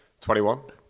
21